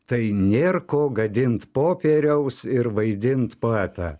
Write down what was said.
tai nėr ko gadint popieriaus ir vaidint poetą